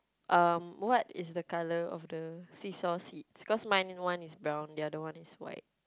um what is the colour of the seesaw seats cause mine is brown the other one is white